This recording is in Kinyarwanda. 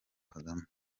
kagame